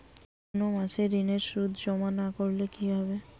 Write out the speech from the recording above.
কোনো মাসে ঋণের সুদ জমা না করলে কি হবে?